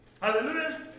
Hallelujah